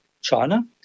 China